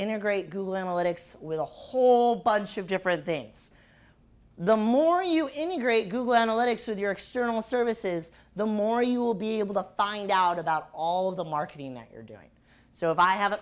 integrate google analytics with a whole bunch of different things the more you integrate google analytics with your external services the more you will be able to find out about all of the marketing that you're doing so if i have an